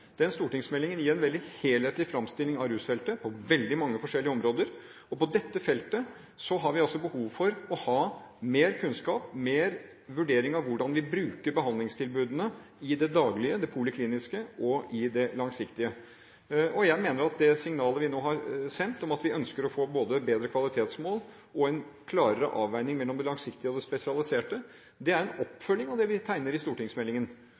stortingsmeldingen gir en veldig helhetlig fremstilling av rusfeltet på veldig mange forskjellige områder. Og på dette feltet har vi altså behov for å ha mer kunnskap og mer vurdering av hvordan vi bruker behandlingstilbudene i det daglige, de polikliniske og i det langsiktige. Jeg mener at det signalet vi nå har sendt om at vi ønsker å få både bedre kvalitetsmål og en klarere avveining mellom det langsiktige og det spesialiserte, er en oppfølging av det vi tegner i stortingsmeldingen.